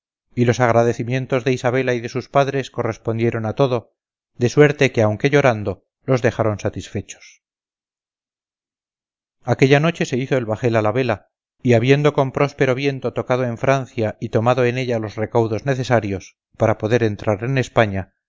y los agradecimientos de isabela y de sus padres correspondieron a todo de suerte que aunque llorando los dejaron satisfechos aquella noche se hizo el bajel a la vela y habiendo con próspero viento tocado en francia y tomado en ella los recaudos necesarios para poder entrar en españa